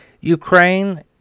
ukraine